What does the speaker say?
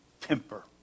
temper